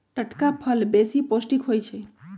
टटका फल बेशी पौष्टिक होइ छइ